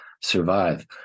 survive